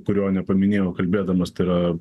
kurio nepaminėjau kalbėdamas tai yra